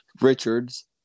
richards